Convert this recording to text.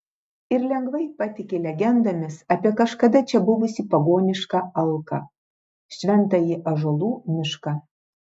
ir lengvai patiki legendomis apie kažkada čia buvusį pagonišką alką šventąjį ąžuolų mišką